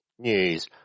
news